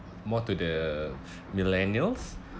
more to the millennials